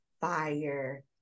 fire